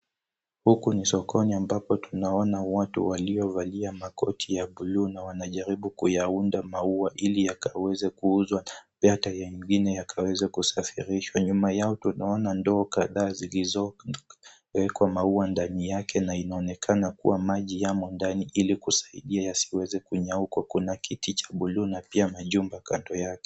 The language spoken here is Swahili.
Huku ni sokoni ambapo tunaona watu waliovalia makoti ya buluu na wanajaribu kuyaunda maua ili yakaweze kuuzwa hata yengine yakaweze kusafirishwa. Nyuma yao tunaona ndoo kadhaa zilizoekwa maua ndani yake na inaonekana kuwa maji yamo ndani ili kusaidia yasiweze kunyauka. Kuna kiti cha buluu na pia majumba kando yake.